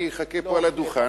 אני אחכה על הדוכן.